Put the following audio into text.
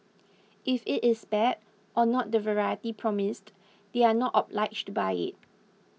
if it is bad or not the variety promised they are not obliged to buy it